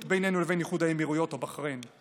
בינינו לבין איחוד האמירויות או בחריין.